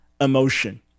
emotion